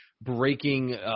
breaking